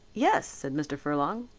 yes, said mr. furlong.